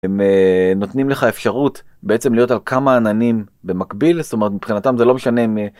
הם נותנים לך אפשרות בעצם להיות על כמה עננים במקביל, זאת אומרת מבחינתם זה לא משנה מ...